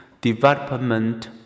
development